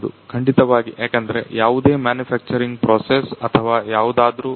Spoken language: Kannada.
ಹೌದು ಖಂಡಿತವಾಗಿ ಯಾಕಂದ್ರೆ ಯಾವುದೇ ಮ್ಯಾನುಫ್ಯಾಕ್ಚರಿಂಗ್ ಪ್ರೊಸೆಸ್ ಅಥವಾ ಯಾವುದಾದ್ರೂ